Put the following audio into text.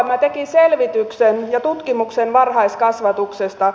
okm teki selvityksen ja tutkimuksen varhaiskasvatuksesta